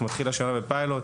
נתחיל השנה בפיילוט,